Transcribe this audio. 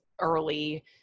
early